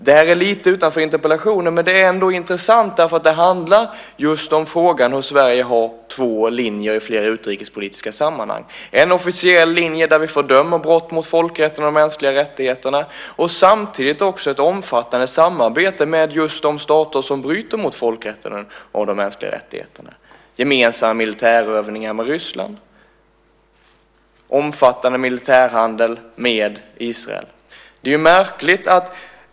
Det här ligger lite utanför interpellationen, men det är ändå intressant, därför att det handlar just om frågan hur Sverige har två linjer i flera utrikespolitiska sammanhang: en officiell linje, där vi fördömer brott mot folkrätten och de mänskliga rättigheterna, och samtidigt också ett omfattande samarbete med just de stater som bryter mot folkrätten och de mänskliga rättigheterna. Gemensam militärövning med Ryssland är ett exempel, och omfattande militär handel med Israel är ett annat.